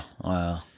Wow